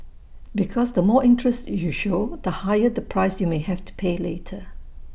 because the more interest you show the higher the price you may have to pay later